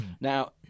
Now